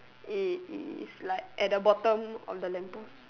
it its like at the bottom of the lamp post